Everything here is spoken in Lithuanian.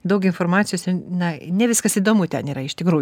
daug informacijos na ne viskas įdomu ten yra iš tikrųjų